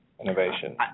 innovation